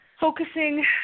focusing